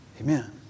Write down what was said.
Amen